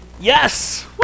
Yes